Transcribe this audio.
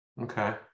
okay